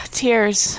tears